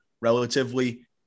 relatively